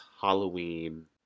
Halloween